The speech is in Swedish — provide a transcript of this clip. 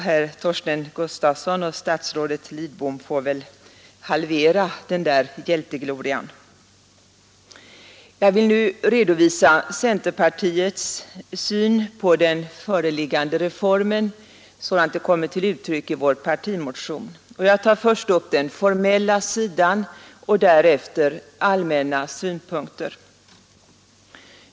Herr Torsten Gustafsson och statsrådet Lidbom får väl alltså halvera hjälteglorian. Jag vill nu redovisa centerpartiets syn på den föreliggande reformen sådan den kommer till uttryck i vår partimotion. Jag tar först upp den formella sidan och därefter allmänna synpunkter.